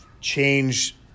change